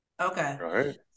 Okay